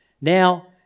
now